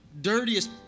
dirtiest